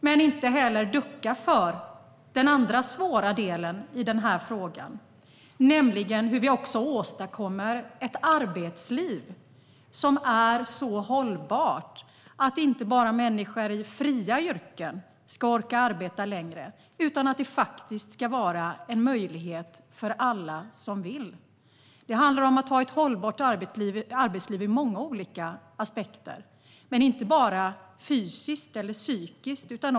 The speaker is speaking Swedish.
Men vi kan inte heller ducka för den andra svåra delen i den här frågan, nämligen hur vi åstadkommer ett arbetsliv som är så hållbart att inte bara människor i fria yrken ska orka arbeta längre utan att det ska vara en möjlighet för alla som vill. Det handlar om att ha ett hållbart arbetsliv ur många olika aspekter, inte bara fysiskt och psykiskt.